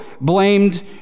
blamed